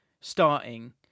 starting